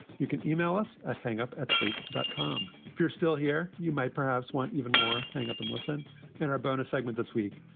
you can email us a thing up at slate dot com. if you're still here, you might perhaps want even more. hang up and listen in our bonus segment this week.